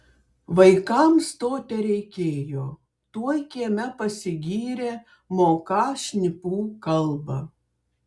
vaikams to tereikėjo tuoj kieme pasigyrė moką šnipų kalbą